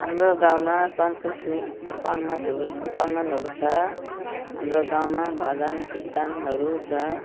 हाम्रो गाउँमा सङ्गतहरू सङ्गठनहरू छ हाम्रो गाउँमा भजनकीर्तनहरू छ